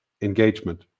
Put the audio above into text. engagement